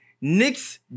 Knicks